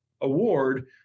award